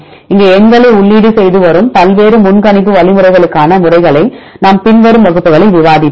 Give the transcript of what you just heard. இங்கே எண்களை உள்ளீடு செய்து வரும் பல்வேறு முன்கணிப்பு வழிமுறைகளுக்கான முறைகளை நாம் பின்வரும் வகுப்புகளில் விவாதிப்போம்